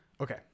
Okay